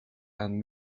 and